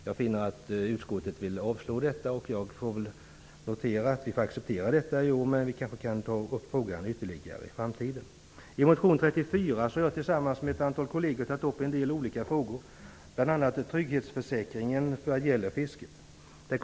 Jag finner att utskottet vill att riksdagen avslår det yrkandet, och jag får väl acceptera detta i år, men vi kanske kan ta upp frågan på nytt i framtiden. I motion 34 har jag tillsammans med ett antal kolleger tagit upp en del olika frågor, bl.a. trygghetsförsäkringen vad gäller fisket.